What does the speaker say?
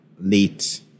late